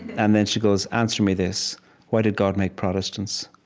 and then she goes, answer me this why did god make protestants?